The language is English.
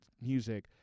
music